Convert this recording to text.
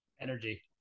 Energy